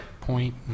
point